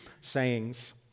sayings